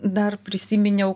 dar prisiminiau